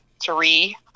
three